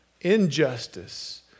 Injustice